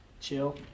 Chill